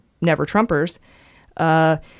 never-Trumpers